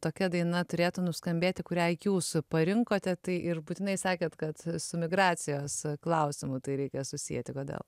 tokia daina turėtų nuskambėti kurią jūs parinkote tai ir būtinai sakėt kad su migracijos klausimu tai reikia susieti kodėl